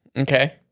Okay